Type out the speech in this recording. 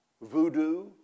voodoo